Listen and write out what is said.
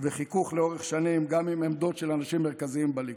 וחיכוך לאורך השנים גם עם עמדות של אנשים מרכזיים בליכוד.